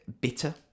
bitter